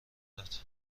داد